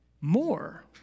more